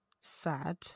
sad